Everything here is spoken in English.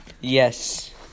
Yes